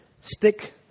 stick